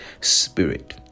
spirit